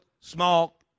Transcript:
small